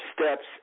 steps